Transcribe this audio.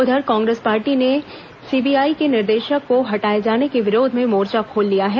उधर कांग्रेस पार्टी ने सीबीआई के निदेशक को हटाए जाने के विरोध में मोर्चा खोल दिया है